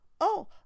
Oh